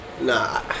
Nah